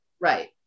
Right